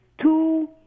two